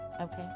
okay